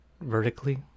vertically